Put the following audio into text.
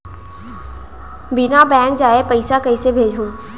बिना बैंक जाए पइसा कइसे भेजहूँ?